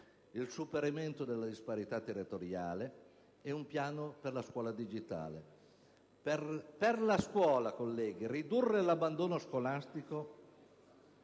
il superamento della disparità territoriale e un piano per la scuola digitale. Colleghi, ridurre l'abbandono scolastico